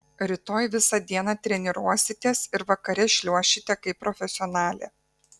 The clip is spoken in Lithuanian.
rytoj visą dieną treniruositės ir vakare šliuošite kaip profesionalė